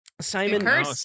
Simon